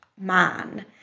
man